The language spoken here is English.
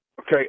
Okay